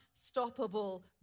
Unstoppable